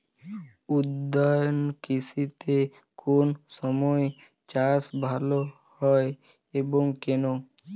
উদ্যান কৃষিতে কোন সময় চাষ ভালো হয় এবং কেনো?